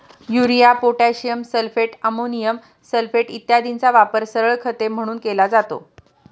urea, potassium sulphate, ammonium sulphate इत्यादींचा वापर सरळ खते म्हणून केला जातो